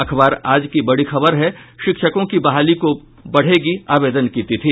अखबार आज की बड़ी खबर है शिक्षकों की बहाली को बढ़ेगी आवेदन की तिथि